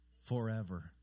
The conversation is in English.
forever